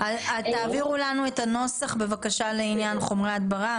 תעבירו לנו את הנוסח לעניין חומרי הדברה,